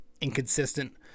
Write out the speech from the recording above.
inconsistent